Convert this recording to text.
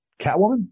Catwoman